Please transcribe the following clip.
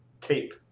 tape